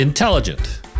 Intelligent